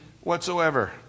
whatsoever